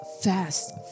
fast